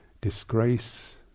disgrace